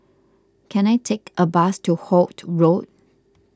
can I take a bus to Holt Road